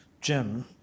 Jim